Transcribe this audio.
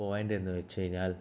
point എന്ന് വെച്ച് കഴിഞ്ഞാൽ